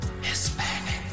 Hispanic